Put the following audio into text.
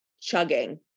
chugging